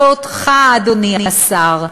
ואותך, אדוני השר,